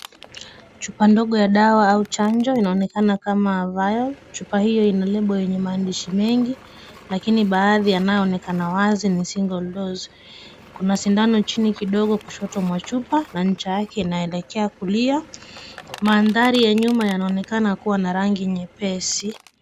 Chupa ndogo ya chanjo inaonekana kama Vial. Chupa hiyo ina lebo yenye maadishi mengi lakini baadhi yanayoonekana wazi ni Single dose . Kuna Sindano chini kidogo kushoto mwa chupa na ncha yake inaelekea kulia. Mandhari ya nyuma yanaonekana kuwa na rangi nyepesi.